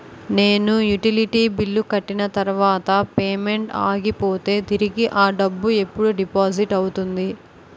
నేను utility bill కట్టిన తర్వాత పేమెంట్ ఆగిపోతే తిరిగి అ డబ్బు ఎప్పుడు డిపాజిట్ అవుతుంది?